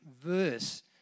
verse